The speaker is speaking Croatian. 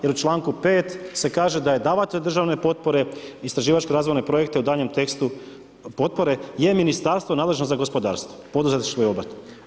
Jer u članku 5. se kaže da je davatelj državne potpore istraživačke razvojne projekte u daljem tekstu potpore je ministarstvo nadležno za gospodarstvo, poduzetništvo i obrt.